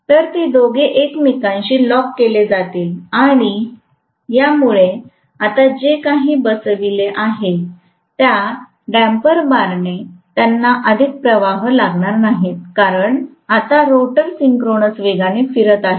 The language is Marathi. तर ते दोघे एकमेकांशी लॉक केले जातील आणि यामुळे आता जे काही बसवले आहे त्या डम्पर बारने त्यांना अधिक प्रवाह लागणार नाहीत कारण आता रोटर सिंक्रोनस वेगाने फिरत आहे